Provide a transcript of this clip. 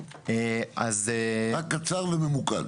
רק קצר וממוקד.